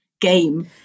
game